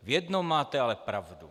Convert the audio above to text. V jednom máte ale pravdu.